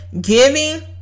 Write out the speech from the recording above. giving